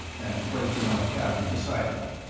and placed it on a cabinet beside him.